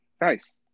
Nice